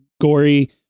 gory